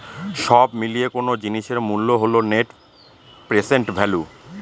সব মিলিয়ে কোনো জিনিসের মূল্য হল নেট প্রেসেন্ট ভ্যালু